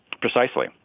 Precisely